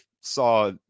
Saw